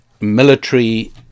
military